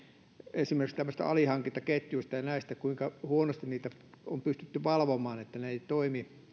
esimerkiksi tämmöisistä alihankintaketjuista kuinka huonosti niitä on pystytty valvomaan ja että ne eivät toimi